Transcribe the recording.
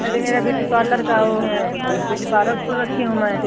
अरे मेरा beauty parlour का ओ है ब्यूटी पार्लर खोल रखी हूँ मैं